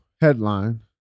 headline